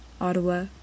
Ottawa